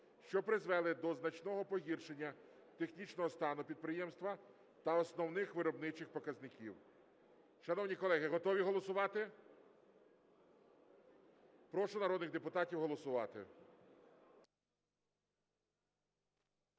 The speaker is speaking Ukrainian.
що призвели до значного погіршення технічного стану підприємства та основних виробничих показників. Шановні колеги, готові голосувати? Прошу народних депутатів голосувати.